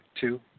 two